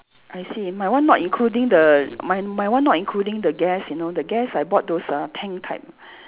I see my one not including the my my one not including the gas you know the gas I bought those uh tank type